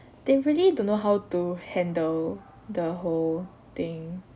they really don't know how to handle the whole thing